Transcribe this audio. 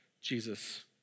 Jesus